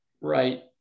Right